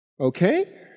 Okay